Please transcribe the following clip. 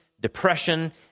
depression